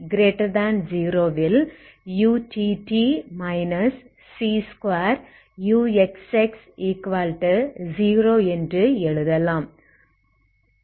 0xL t0 ல்utt c2uxx0 என்று எழுதலாம்